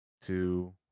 two